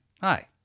Hi